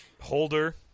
holder